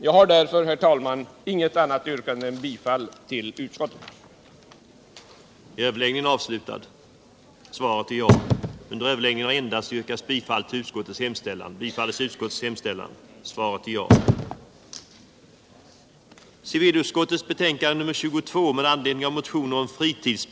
Jag har därför, herr talman, inget annat yrkande än om bifall till utskottets hemställan.